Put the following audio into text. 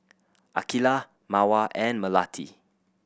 Aqeelah Mawar and Melati